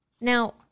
Now